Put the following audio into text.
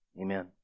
Amen